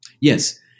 Yes